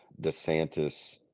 DeSantis